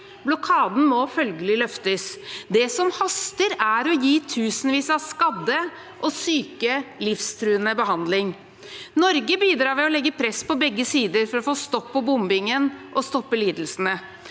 Blokaden må følgelig løftes. Det som haster, er å gi tusenvis av skadde og syke livsnødvendig behandling. Norge bidrar ved å legge press på begge sider for å få stopp på bombingen og for å stoppe lidelsene.